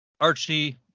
Archie